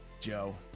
Joe